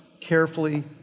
carefully